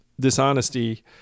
dishonesty